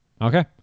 Okay